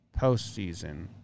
postseason